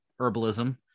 herbalism